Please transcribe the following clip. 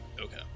Okay